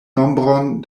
nombron